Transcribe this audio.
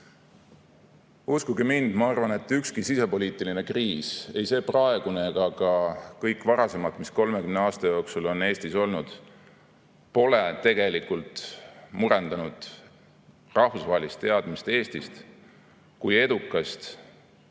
Uskuge mind, ma arvan, et ükski sisepoliitiline kriis – ei praegune ega ka kõik varasemad, mis 30 aasta jooksul on Eestis olnud – pole tegelikult murendanud rahvusvahelist teadmist Eestist kui edukast,